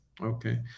okay